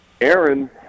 Aaron